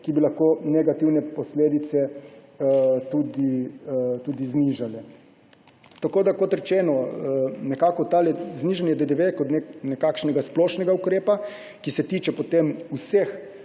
ki bi lahko negativne posledice znižali. Kot rečeno, znižanje DDV kot nekakšen splošen ukrep, ki se tiče vseh